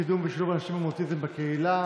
קידום ושילוב אנשים עם אוטיזם בקהילה,